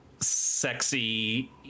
sexy